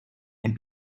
and